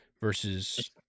versus